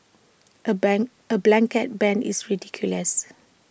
A ban A blanket ban is ridiculous